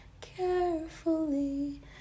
Carefully